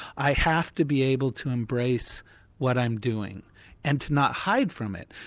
i have to be able to embrace what i'm doing and to not hide from it.